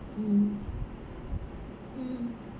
mm mm